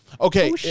okay